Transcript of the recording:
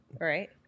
Right